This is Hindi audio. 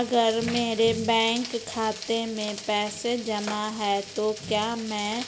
अगर मेरे बैंक खाते में पैसे जमा है तो क्या मैं